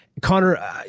Connor